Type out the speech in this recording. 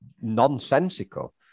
nonsensical